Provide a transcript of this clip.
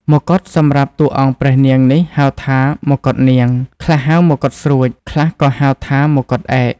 មកុដសម្រាប់តួអង្គព្រះនាងនេះហៅថាមកុដនាង ខ្លះហៅមកុដស្រួច ខ្លះក៏ហៅថាមកុដឯក។